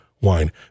wine